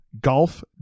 golf